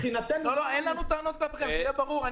אין לנו טענות כלפיכם, שיהיה ברור.